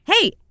Hey